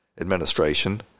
administration